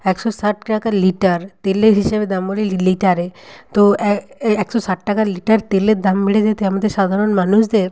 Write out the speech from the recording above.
একশো ষাট টাকা লিটার তেলের হিসেবে দাম বলি লিটারে তো একশো ষাট টাকা লিটার তেলের দাম বেড়ে যেতে আমাদের সাধারণ মানুষদের